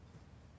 נכון.